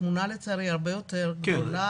התמונה לצערי הרבה יותר גדולה.